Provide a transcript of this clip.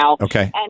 Okay